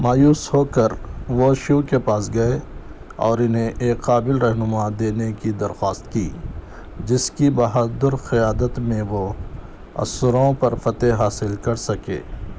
مایوس ہو کر وہ شیو کے پاس گئے اور انہیں ایک قابل رہنما دینے کی درخواست کی جس کی بہادر قیادت میں وہ اسوروں پر فتح حاصل کر سکیں